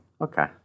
Okay